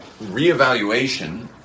reevaluation